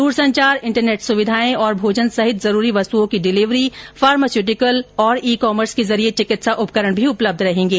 दूरसंचार इन्टरनेट सुविधाएं भोजन सहित जरूरी वस्तुओं की डिलिवरी फार्मास्यूटिकल ई कॉमर्स के जरिए चिकित्सा उपकरण भी उपलब्ध रहेंगे